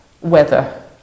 weather